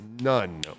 None